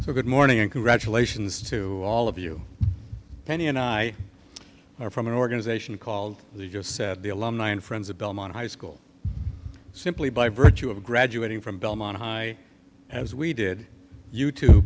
so good morning and congratulations to all of you penny and i are from an organization called the just said the alumni and friends of belmont high school simply by virtue of graduating from belmont high as we did you to